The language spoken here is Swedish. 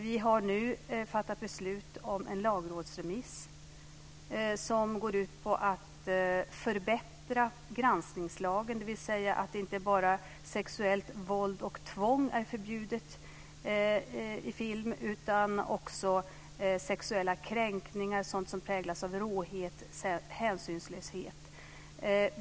Vi har nu fattat beslut om en lagrådsremiss som går ut på att förbättra granskningslagen, dvs. att inte bara sexuellt våld och tvång förbjuds i film utan också sexuella kränkningar och annat som präglas av råhet och hänsynslöshet.